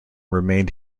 remain